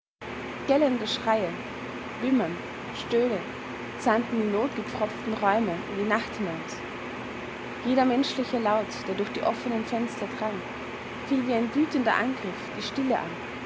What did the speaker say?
gellende schreie wimmern stöhnen sandten die notgepfropften räume in die nacht hinaus jeder menschliche laut der durch die offenen fenster drang fiel wie ein wütender angriff die stille an